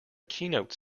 keynote